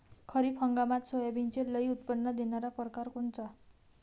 खरीप हंगामात सोयाबीनचे लई उत्पन्न देणारा परकार कोनचा?